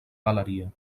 galeria